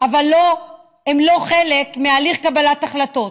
אבל לא, הן לא חלק מהליך קבלת החלטות.